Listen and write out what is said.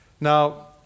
Now